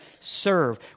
serve